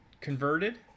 converted